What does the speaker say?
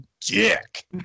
dick